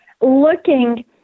looking